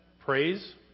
praise